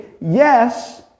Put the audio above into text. yes